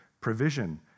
provision